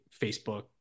Facebook